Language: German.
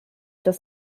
das